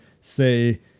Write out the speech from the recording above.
say